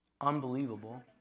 Unbelievable